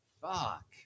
fuck